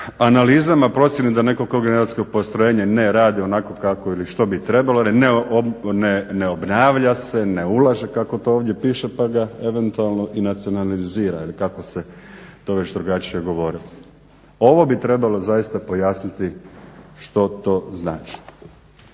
analizama procjene da … postrojenje ne radi onako kako ili što bi trebalo ne obnavlja se ne ulaže kako to ovdje piše pa ga eventualno i nacionalizira ili kako se to drugačije već govorilo. Ovo bi zaista trebalo pojasniti što to znači.